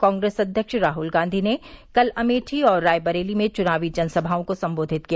कांग्रेस अध्यक्ष राहुल गांधी ने कल अमेठी और रायबरेली में चुनावी जनसभाओं को संबोधित किया